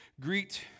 Greet